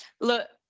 look